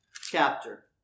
chapter